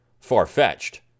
far-fetched